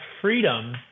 freedom